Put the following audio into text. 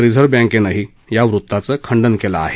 reserve बँकेनंही या वृत्ताचं खंडन केलं आहे